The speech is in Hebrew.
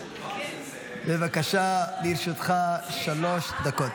בבקשה, לרשותך שלוש דקות.